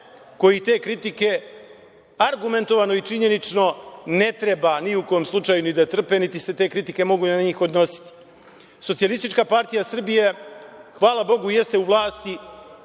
koji te kritike argumentovano i činjenično ne treba ni u kom slučaju ni da trpe, niti se te kritike mogu na njih odnositi. Socijalistička partija Srbije, hvala Bogu, jeste u vlasti